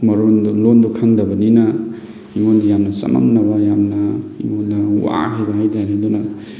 ꯃꯔꯣꯜꯗꯣ ꯂꯣꯟꯗꯣ ꯈꯪꯗꯕꯅꯤꯅ ꯑꯩꯉꯣꯟꯗ ꯌꯥꯝꯅ ꯆꯃꯝꯅꯕ ꯌꯥꯝꯅ ꯑꯩꯉꯣꯟꯗ ꯋꯥꯕ ꯍꯥꯏ ꯇꯥꯔꯦ ꯑꯗꯨꯅ